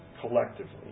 collectively